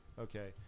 Okay